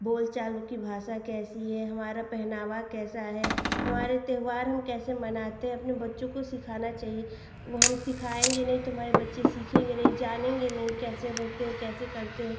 बोलचाल की भाषा कैसी है हमारा पहनावा कैसा है हमारे त्योहार हम कैसे मनाते हैं अपने बच्चों को सिखाना चाहिए वह हम सिखाएँगे नहीं तो हमारे बच्चे सीखेंगे नहीं जानेंगे नहीं कैसे रहते हैं कैसे करते हैं